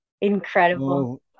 Incredible